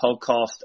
podcast